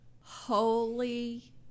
Holy